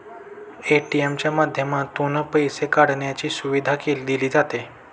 ATM च्या माध्यमातून पैसे काढण्याची सुविधा दिली जाते